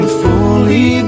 fully